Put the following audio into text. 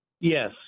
Yes